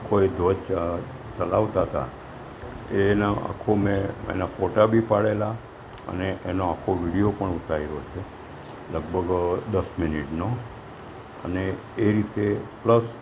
કોઈ ધ્વજ ચલાવતાતા એનો આખો મેં એના ફોટા બી પાડેલા અને એનો આખો વિડિયો પણ ઉતાર્યો છે લગભગ દસ મિનિટનો અને એ રીતે પ્લસ